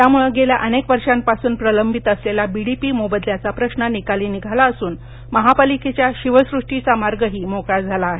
त्यामुळे गेल्या अनेक वर्षापासून प्रलंबित असलेला बीडीपी मोबदल्याचा प्रश्न निकाली निघाला असून महापालिकेच्या शिवसृष्टीचा मार्गही मोकळा झाला आहे